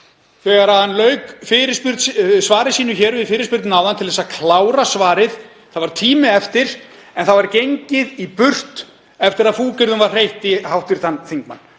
þegar hann lauk svari sínu við fyrirspurn áðan til að klára svarið, það var tími eftir, en það var gengið í burtu eftir að fúkyrðum var hreytt í hv. þingmann.